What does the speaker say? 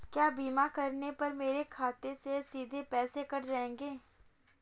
क्या बीमा करने पर मेरे खाते से सीधे पैसे कट जाएंगे?